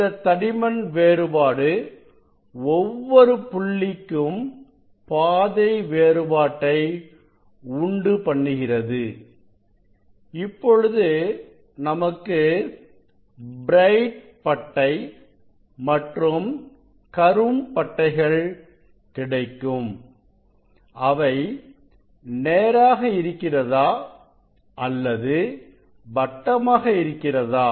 இந்த தடிமன் வேறுபாடு ஒவ்வொரு புள்ளிக்கும் பாதை வேறுபாட்டை உண்டுபண்ணுகிறது இப்பொழுது நமக்கு பிரைட் பட்டை மற்றும் கரும் பட்டைகள் கிடைக்கும் அவை நேராக இருக்கிறதா அல்லது வட்டமாக இருக்கிறதா